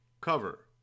Cover